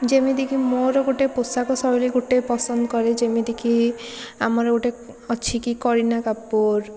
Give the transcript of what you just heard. ଯେମିତିକି ମୋର ଗୋଟେ ପୋଷାକଶୈଳୀ ଗୋଟେ ପସନ୍ଦ କରେ ଯେମିତିକି ଆମର ଗୋଟେ ଅଛିକି କରିନା କପୁର୍